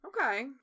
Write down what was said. Okay